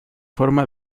forma